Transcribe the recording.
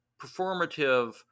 performative